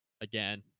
Again